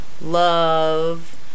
Love